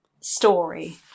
story